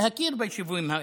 להכיר ביישובים האלה.